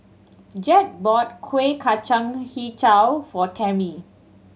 Jett bought Kuih Kacang Hijau for Tammie